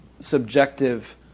subjective